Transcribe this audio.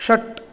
षट्